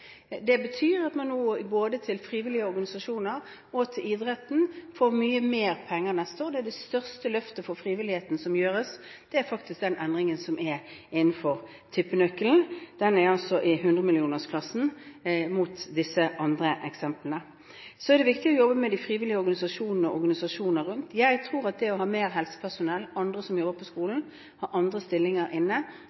Det betyr at både frivillige organisasjoner og idretten får mye mer penger neste år, det er det største løftet for frivilligheten som gjøres. Det er faktisk den endringen som er innenfor tippenøkkelen. Den er altså i hundremillionerkronersklassen – mot disse andre eksemplene. Så er det viktig å jobbe med de frivillige organisasjonene og organisasjonene ellers. Jeg tror at det å ha mer helsepersonell og andre som jobber på